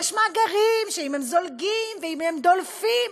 יש מאגרים שאם הם זולגים ואם הם דולפים,